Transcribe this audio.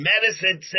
Medicine